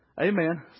Amen